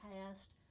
past